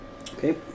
Okay